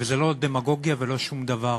וזה לא דמגוגיה ולא שום דבר.